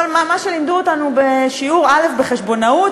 כל מה שלימדו אותנו בשיעור א' בחשבונאות,